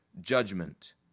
judgment